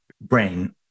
brain